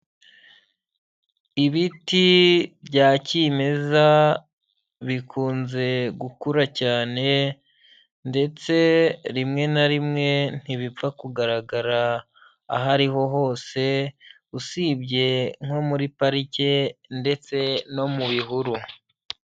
Ibiti bya kimeza bikunze gukura cyane ndetse rimwe na rimwe ntibipfa kugaragara aho ariho hose usibye nko muri parike ndetse no mu bihuru.